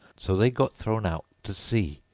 so they got thrown out to sea.